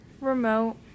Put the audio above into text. Remote